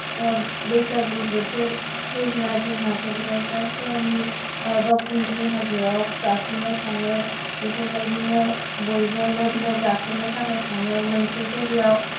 बैसागु बोथोर फैब्ला जोंहा क'क्राझार सहरनि बावखुंग्रि हाजोआव गाखोनो थाङो बेफोरबायदिनो बयबो लोब लोब गाखोनो थाखाय थाङो मोनसे जायगायाव